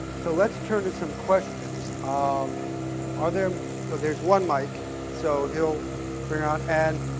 so let's turn to some questions. um are there oh there's one mike so, he'll bring out and,